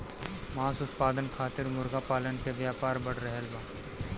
मांस उत्पादन खातिर मुर्गा पालन के व्यापार बढ़ रहल बा